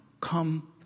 come